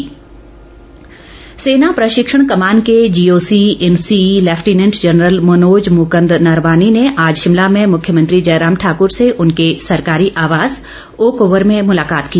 भेंट सेना प्रशिक्षण कमान के GOC in C lieutenant general Manoj Mukund Naravane ने आज शिमला में मुख्यमंत्री जयराम ठाकर से उनके सरकारी आवास ओक ओवर में मुलाकात की